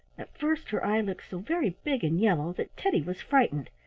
at first, her eye looked so very big and yellow that teddy was frightened.